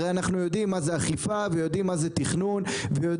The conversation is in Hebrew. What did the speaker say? הרי אנחנו יודעים מה זה אכיפה ויודעים מה זה תכנון ויודעים